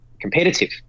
competitive